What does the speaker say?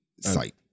site